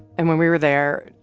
and when we were there,